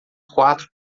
quatro